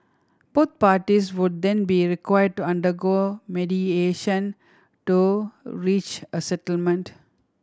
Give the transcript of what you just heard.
both parties would then be required to undergo mediation to reach a settlement